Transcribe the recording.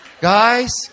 Guys